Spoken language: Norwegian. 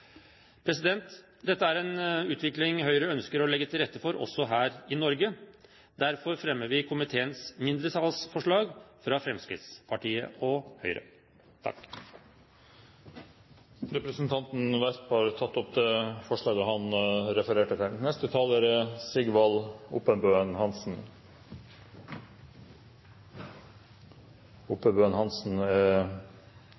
Dette er en utvikling Høyre ønsker å legge til rette for også her i Norge. Derfor fremmer vi komiteens mindretallsforslag fra Fremskrittspartiet og Høyre. Representanten Anders B. Werp har tatt opp det forslaget han refererte til.